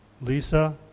Lisa